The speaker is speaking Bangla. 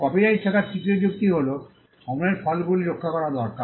কপিরাইট থাকার তৃতীয় যুক্তি হল শ্রমের ফলগুলি রক্ষা করা দরকার